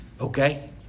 Okay